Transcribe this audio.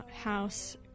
house